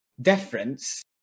difference